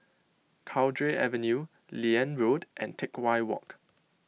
Cowdray Avenue Liane Road and Teck Whye Walk